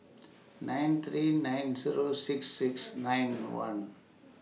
nine three nine Zero six six nine one